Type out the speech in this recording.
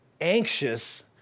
anxious